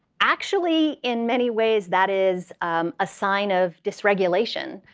actually, in many ways, that is a sign of dysregulation.